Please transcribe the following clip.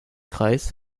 kreis